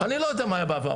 אני לא יודע מה היה בעבר.